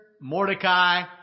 Mordecai